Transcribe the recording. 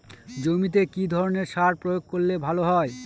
জমিতে কি ধরনের সার প্রয়োগ করলে ভালো হয়?